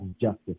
justice